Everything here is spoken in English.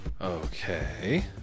Okay